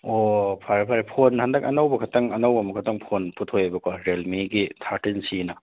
ꯑꯣ ꯐꯔꯦ ꯐꯔꯦ ꯐꯣꯟ ꯍꯟꯗꯛ ꯑꯅꯧꯕ ꯈꯇꯪ ꯑꯅꯧꯕ ꯑꯃꯈꯇꯪ ꯐꯣꯟ ꯄꯨꯊꯣꯛꯑꯦꯕꯀꯣ ꯔꯦꯜꯃꯤꯒꯤ ꯊꯥꯔꯇꯤꯟ ꯁꯤ ꯍꯥꯏꯅ